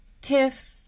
Tiff